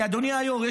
כי אדוני היושב-ראש,